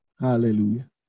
Hallelujah